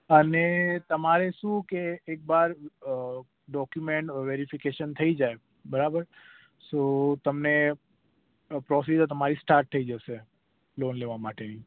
અને તમારે શું કે એકવાર ડોક્યુમેન્ટ વેરિફિકેશન થઇ જાય બરાબર સો તમને પ્ર પ્રોસિઝર તમારી સ્ટાટ થઇ જશે લોન લેવા માટેની